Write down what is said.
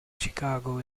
chicago